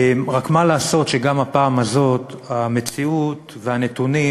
רק מה לעשות שגם הפעם המציאות והנתונים